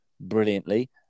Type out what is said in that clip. brilliantly